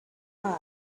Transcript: her